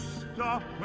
stop